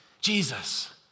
Jesus